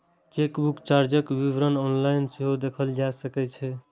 chequebook चार्जक विवरण online सेहो देखल जा सकै छै